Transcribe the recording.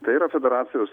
tai yra federacijos